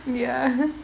ya